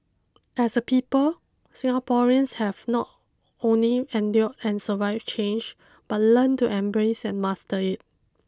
as a people Singaporeans have not only endured and survived change but learned to embrace and master it